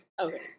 Okay